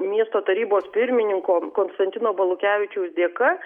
miesto tarybos pirmininko konstantino balukevičiaus dėka